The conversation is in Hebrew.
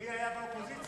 מי היה אז באופוזיציה?